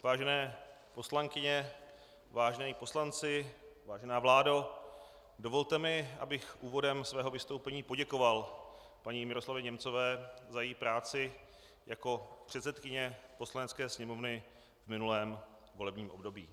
Vážené poslankyně, vážení poslanci, vážená vládo, dovolte mi, abych úvodem svého vystoupení poděkoval paní Miroslavě Němcové za její práci jako předsedkyni Poslanecké sněmovny v minulém volebním období.